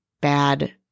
bad